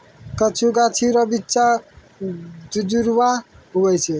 कुछु गाछी रो बिच्चा दुजुड़वा हुवै छै